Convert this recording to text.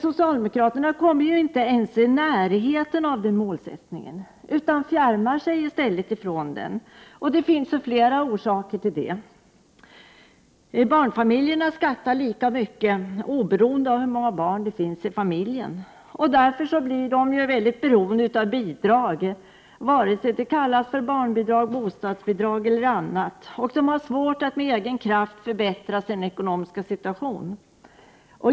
Socialdemokraterna kommer inte ens i närheten av den målsättningen utan fjärmar sig i stället från den. Det finns flera orsaker till detta. Barnfamiljerna betalar lika mycket skatt oberoende av hur många barn det finns i familjen. De blir därför beroende av bidrag — vare sig de kallas barnbidrag, bostadsbidrag eller något annat — och har svårt att med egen kraft förbättra sin ekonomiska situation.